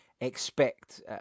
expect